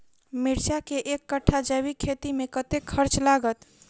मिर्चा केँ एक कट्ठा जैविक खेती मे कतेक खर्च लागत?